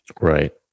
Right